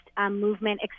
movement